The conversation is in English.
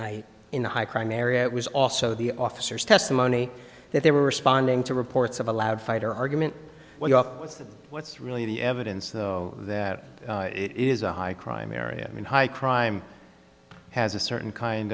night in the high crime area it was also the officers testimony that they were responding to reports of a loud fight or argument well you know what's the what's really the evidence though that it is a high crime area i mean high crime has a certain kind